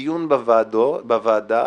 דיון בוועדה,